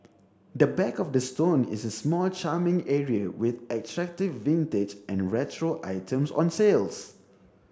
the back of the store is a small charming area with attractive vintage and retro items on sales